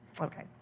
Okay